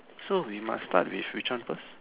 so we must start with which one first